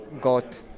got